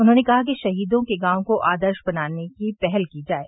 उन्होंने कहा कि शहीदों के गांव को आदर्श गांव बनाने की पहल की जाये